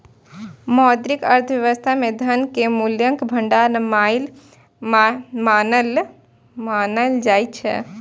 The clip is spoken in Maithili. मौद्रिक अर्थव्यवस्था मे धन कें मूल्यक भंडार मानल जाइ छै